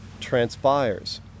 transpires